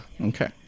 Okay